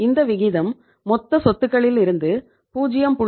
இந்த விகிதம் மொத்த சொத்துக்களிலிருந்து 0